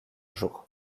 jour